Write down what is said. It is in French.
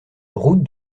route